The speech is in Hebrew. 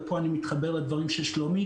ופה אני מתחבר לדברים של שלומי.